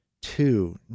two